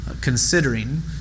considering